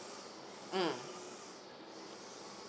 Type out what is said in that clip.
mm